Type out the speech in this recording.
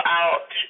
out